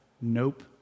nope